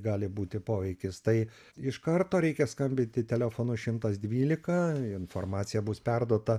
gali būti poveikis tai iš karto reikia skambinti telefonu šimtas dvylika informacija bus perduota